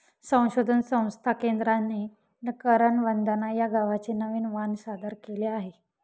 संशोधन संस्था केंद्राने करण वंदना या गव्हाचे नवीन वाण सादर केले आहे